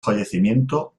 fallecimiento